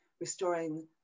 restoring